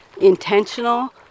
intentional